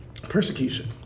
persecution